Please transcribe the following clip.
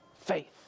faith